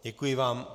Děkuji vám.